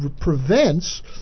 prevents